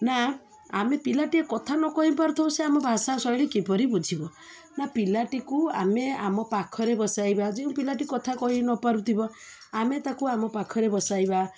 ନା ଆମେ ପିଲାଟିିଏ କଥା ନ କହିପାରୁ ଥାଉ ସେ ଆମ ଭାଷା ଶୈଳୀ କିପରି ବୁଝିବ ନା ପିଲାଟିକୁ ଆମେ ଆମ ପାଖରେ ବସାଇବା ଯେଉଁ ପିଲାଟି କଥା କହି ନ ପାରୁଥିବ ଆମେ ତାକୁ ଆମ ପାଖରେ ବସାଇବା